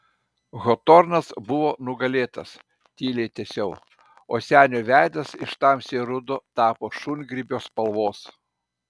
hotornas buvo nugalėtas tyliai tęsiau o senio veidas iš tamsiai rudo tapo šungrybio spalvos